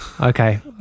Okay